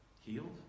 Healed